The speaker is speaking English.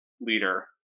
leader